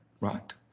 right